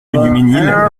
ménil